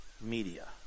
media